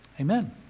Amen